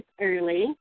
early